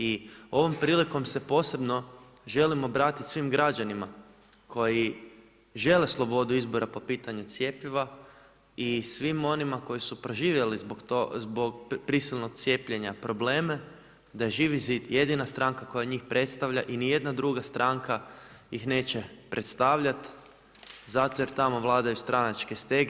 I ovom prilikom se posebno želim obratiti svim građanima koji žele slobodu izbora po pitanju cjepiva i svim onima koji su proživjeli zbog prisilnog cijepljenja probleme da je Živi zid jedina stranka koja njih predstavlja i niti jedna druga stranka ih neće predstavljati zato jer tamo vladaju stranačke stege.